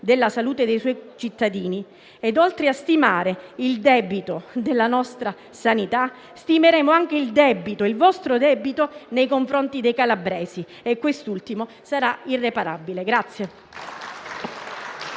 della salute dei suoi cittadini. Oltre a stimare il debito della nostra sanità, stimeremo anche il vostro nei confronti dei calabresi, che sarà irreparabile.